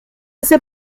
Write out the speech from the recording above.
ese